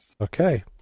Okay